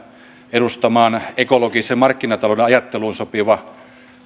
edustamaan ekologisen markkinatalouden ajatteluun sopiva